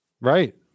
Right